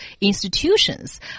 institutions